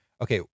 okay